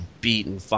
beaten